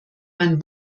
mein